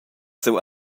siu